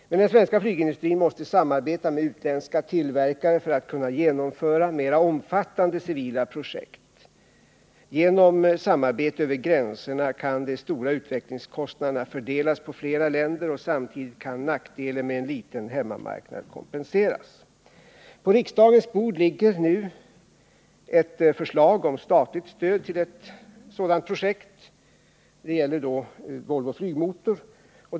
Men den svenska flygindustrin måste samarbeta med utländska tillverkare för att kunna genomföra omfattande civila projekt. Genom samarbete över gränserna kan de stora utvecklingskostnaderna fördelas på flera händer, och samtidigt kan nackdelen med en liten hemmamarknad kompenseras. På riksdagens bord ligger vidare ett förslag om statligt stöd till ett sådant projekt vid Volvo Flygmotor.